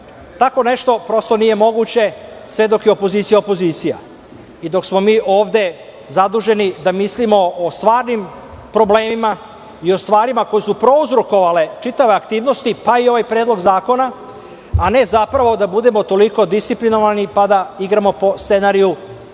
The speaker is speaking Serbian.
Tako nešto, prosto, nije moguće sve dok je opozicija opozicija i dok smo mi ovde zaduženi da mislimo o stvarnim problemima i o stvarima koje su prouzrokovale čitave aktivnosti, pa i ovaj predlog zakona, a ne zapravo da budemo toliko disciplinovani pa da igramo po scenariju,